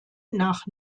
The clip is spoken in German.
nach